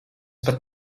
pat